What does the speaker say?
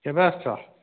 କେବେ ଆସୁଛ